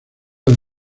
del